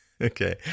Okay